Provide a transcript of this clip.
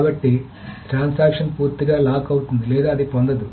కాబట్టి లావాదేవీ పూర్తిగా లాక్ అవుతుంది లేదా అది పొందదు